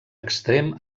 extrem